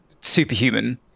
superhuman